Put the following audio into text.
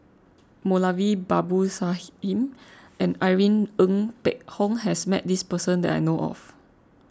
Moulavi Babu Sahib and Irene Ng Phek Hoong has met this person that I know of